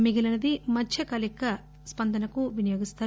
మిగిలీనది మధ్యకాలిక స్పందనకు వినియోగిస్తారు